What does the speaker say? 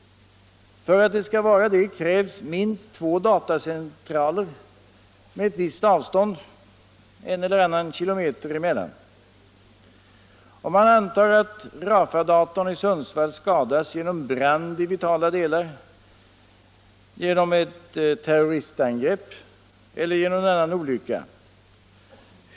För att det skall vara det krävs minst två datacentraler med ett visst inbördes avstånd på en eller annan kilometer. Antag att RAFA-datorn skadas genom en brand i vitala delar, genom ett terroristangrepp eller genom någon annan olycka.